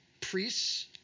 Priests